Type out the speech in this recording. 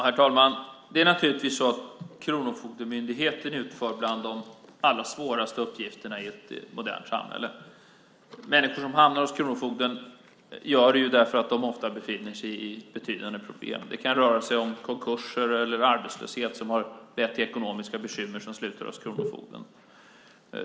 Herr talman! Kronofogdemyndigheten utför några av de allra svåraste uppgifterna i ett modernt samhälle. Människor som hamnar hos kronofogden gör det därför att de ofta har betydande problem. Det kan röra sig om konkurser eller arbetslöshet som har lett till ekonomiska bekymmer som slutar hos kronofogden.